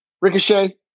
Ricochet